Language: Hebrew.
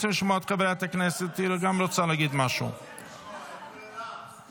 אני רוצה לשמוע את חברת הכנסת.